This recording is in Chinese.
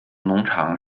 农场